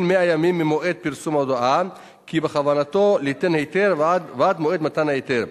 100 ימים ממועד פרסום ההודעה שבכוונתו ליתן היתר ועד מועד מתן ההיתר,